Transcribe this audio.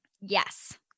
Yes